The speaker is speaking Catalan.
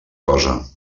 cosa